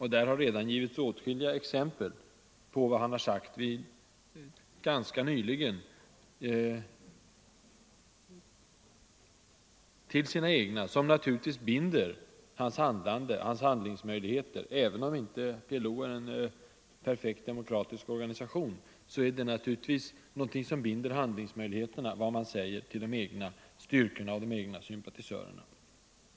Här har redan givits åtskilliga exempel på vad han ganska nyligen har sagt till sina anhängare. Även om PLO inte är en perfekt demokratisk organisation, binds ens handlingsmöjligheter naturligtvis av vad man säger till de egna styrkorna, de egna sympatisörerna.